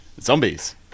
zombies